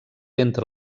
entre